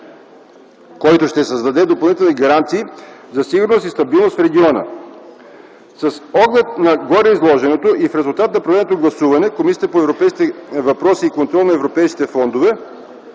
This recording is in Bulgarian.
който ще създаде допълнителни гаранции за сигурност и стабилност в региона. С оглед на гореизложеното и в резултат на проведеното гласуване Комисията по европейските въпроси и контрол на европейските фондове